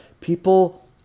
people